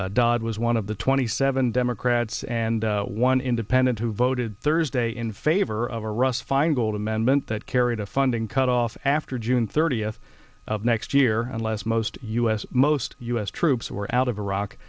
dodd was one of the twenty seven democrats and one independent who voted thursday in favor of a russ feingold amendment that carried a funding cut off after june thirtieth of next year unless most u s most u s troops were out of iraq